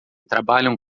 trabalham